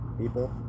people